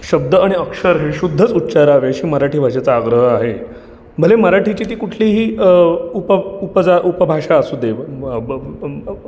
शब्द आणि अक्षर हे शुद्धच उच्चारावे अशी मराठी भाषेचा आग्रह आहे भले मराठीची ती कुठलीही उप उपजा उपभाषा असूदे